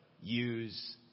use